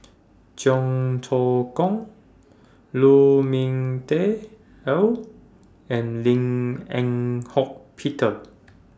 Cheong Choong Kong Lu Ming Teh Earl and Lim Eng Hock Peter